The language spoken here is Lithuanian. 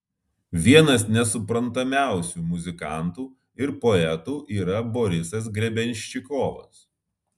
vienas nesuprantamiausių muzikantų ir poetų yra borisas grebenščikovas